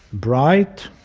bright,